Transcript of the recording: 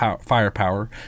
firepower